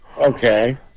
Okay